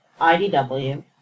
IDW